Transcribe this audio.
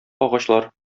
агачлар